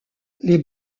les